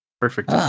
Perfect